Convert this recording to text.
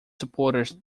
supporters